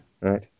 Right